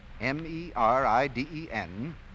M-E-R-I-D-E-N